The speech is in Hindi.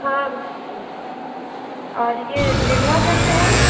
हाँ हाँ और यह नेनुआ कैसे है